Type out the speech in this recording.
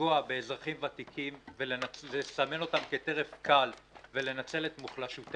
לפגוע באזרחים ותיקים ולסמן אותם כטרף קל ולנצל את חולשתם,